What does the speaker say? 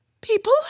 People